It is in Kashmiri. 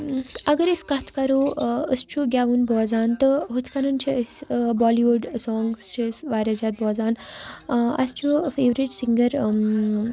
اگر أسۍ کَتھ کَرو أسۍ چھُ گٮ۪وُن بوزان تہٕ ہُتھ کٔنۍ چھِ أسۍ بالہِ وُڈ سونٛگٕز چھِ أسۍ واریاہ زیادٕ بوزان اَسہِ چھُ فیورِٹ سِنٛگَر